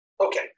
Okay